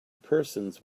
persons